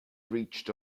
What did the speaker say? reached